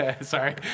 sorry